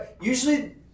Usually